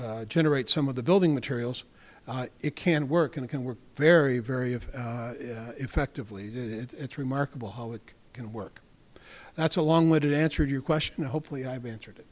generate some of the building materials it can work and can work very very of effectively it's remarkable how it can work that's a long way to answer your question hopefully i've answered it